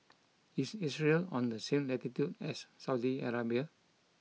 is Israel on the same latitude as Saudi Arabia